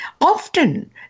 often